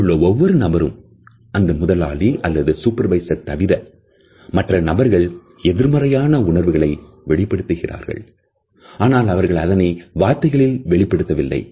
அதிலுள்ள ஒவ்வொரு நபரும் அந்த முதலாளி அல்லது சூப்பர்வைசர் தவிர மற்ற நபர்கள் எதிர்மறையான உணர்வுகளை வெளிப்படுத்துகிறார்கள்